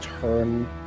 turn